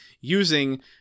using